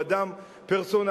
או אדם פרסונלי.